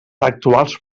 actuals